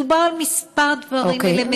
מדובר על כמה דברים אלמנטריים,